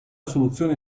soluzione